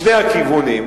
משני הכיוונים.